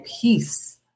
peace